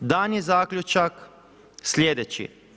Dan je zaključak slijedeći.